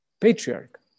patriarch